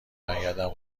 برگردم